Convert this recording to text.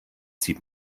zieht